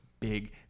Big